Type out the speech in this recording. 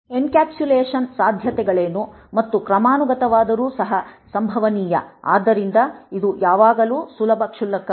encapsulation ಸಾಧ್ಯತೆಗಳೇನು ಮತ್ತು ಕ್ರಮಾನುಗತವಾದರೂ ಸಹ ಸಂಭವನೀಯ ಆದ್ದರಿಂದ ಇದು ಯಾವಾಗಲೂ ಸುಲಭ ಕ್ಷುಲ್ಲಕ ಕಾರ್ಯವಲ್ಲ